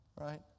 right